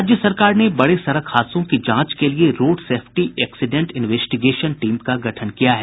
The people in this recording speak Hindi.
राज्य सरकार ने बड़े सड़क हादसों की जांच के लिये road safety accident investigation team का गठन किया है